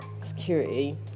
security